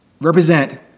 represent